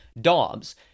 Dobbs